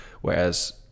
Whereas